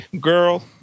girl